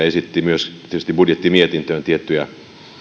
esitti myös budjettimietintöön tiettyjä